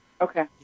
Okay